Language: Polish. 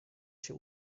się